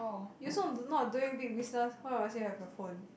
you also do not doing big business why must you have your phone